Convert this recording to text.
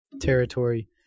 territory